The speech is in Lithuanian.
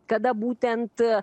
kada būtent